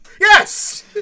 Yes